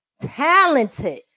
talented